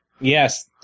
Yes